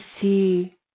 see